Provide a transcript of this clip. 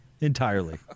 entirely